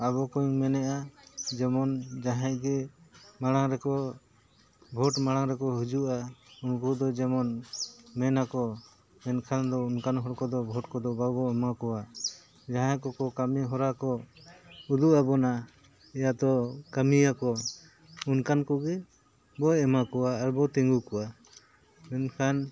ᱟᱵᱚ ᱠᱚᱧ ᱢᱮᱱᱮᱜᱼᱟ ᱡᱮᱢᱚᱱ ᱡᱟᱦᱟᱸᱭ ᱜᱮ ᱢᱟᱲᱟᱝ ᱨᱮᱠᱚ ᱵᱷᱳᱴ ᱢᱟᱲᱟᱝ ᱨᱮᱠᱚ ᱦᱤᱡᱩᱜᱼᱟ ᱩᱱᱠᱩ ᱫᱚ ᱡᱮᱢᱚᱱ ᱢᱮᱱᱟᱠᱚ ᱢᱮᱱᱠᱷᱟᱱ ᱫᱚ ᱚᱱᱠᱟᱱ ᱦᱚᱲ ᱠᱚᱫᱚ ᱵᱷᱳᱴ ᱠᱚᱫᱚ ᱵᱟᱵᱚ ᱮᱢᱟ ᱠᱚᱣᱟ ᱡᱟᱦᱟᱸᱭ ᱠᱚᱠᱚ ᱠᱟᱹᱢᱤ ᱦᱚᱨᱟ ᱠᱚ ᱩᱫᱩᱜ ᱟᱵᱚᱱᱟ ᱭᱟᱛᱚ ᱠᱟᱹᱢᱤᱭᱟᱠᱚ ᱚᱱᱠᱟᱱ ᱠᱚᱜᱮ ᱵᱚ ᱮᱢᱟ ᱠᱚᱣᱟ ᱟᱨ ᱵᱚ ᱛᱤᱸᱜᱩ ᱠᱚᱣᱟ ᱢᱮᱱᱠᱷᱟᱱ